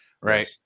Right